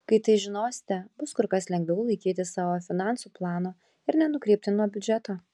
kai tai žinosite bus kur kas lengviau laikytis savo finansų plano ir nenukrypti nuo biudžeto